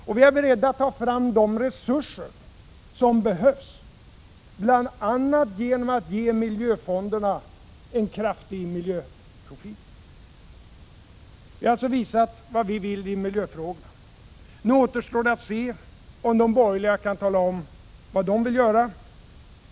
Och vi är beredda att ta fram de resurser som behövs, bl.a. genom att ge investeringsfonderna en kraftfull miljöprofil. Vi har visat vad vi vill i miljöfrågorna. Nu återstår det att se om de borgerliga kan tala om vad de vill göra.